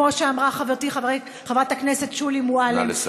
כמו שאמרה חברתי חברת הכנסת שולי מועלם,